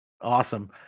Awesome